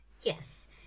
yes